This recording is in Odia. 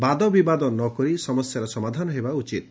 ବାଦ ବିଦାଦ ନହୋଇ ସମସ୍ୟାର ସମାଧାନ ହେବା ଉଚିତ୍